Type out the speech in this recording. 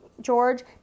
George